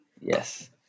Yes